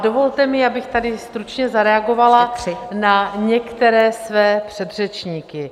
Dovolte mi, abych tady stručně zareagovala na některé své předřečníky.